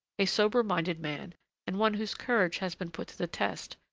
a sober-minded man and one whose courage has been put to the test,